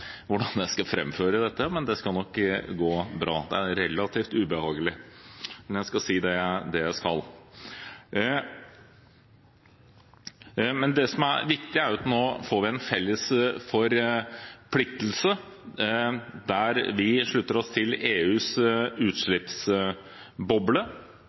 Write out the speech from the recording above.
hvordan jeg skal framføre dette, men det skal nok gå bra. Det er relativt ubehagelig. Men jeg skal si det jeg skal. Det som er viktig, er at nå får vi en felles forpliktelse der vi slutter oss til EUs utslippsboble.